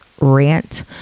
rant